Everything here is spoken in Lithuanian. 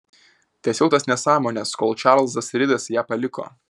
tęsiau tas nesąmones kol čarlzas ridas ją paliko